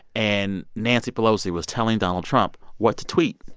and nancy pelosi was telling donald trump what to tweet.